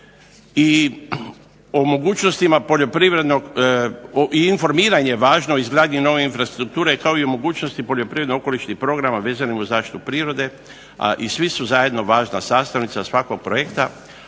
i o mogućnostima poljoprivrednog i informiranje važno izgradnji nove infrastrukture, kao i mogućnosti poljoprivredno-okolišnih programa vezanim uz zaštitu prirode, a i svi su zajedno važna sastavnica svakog projekta,